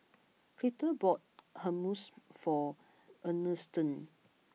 Clide bought Hummus for Ernestine